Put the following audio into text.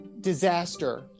disaster